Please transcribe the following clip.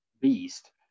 beast